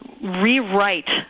rewrite